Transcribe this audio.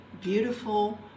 beautiful